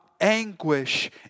anguish